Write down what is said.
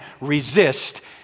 resist